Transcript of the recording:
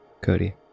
Cody